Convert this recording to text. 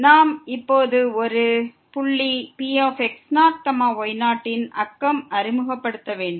நாம் இப்போது ஒரு புள்ளி Px0 y0 இன் நெய்பர்ஹுட்டை அறிமுகப்படுத்த வேண்டும்